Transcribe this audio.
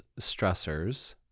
stressors